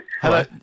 Hello